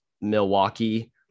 Milwaukee